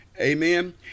Amen